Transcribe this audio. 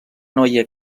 noia